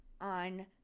on